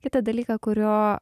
kitą dalyką kurio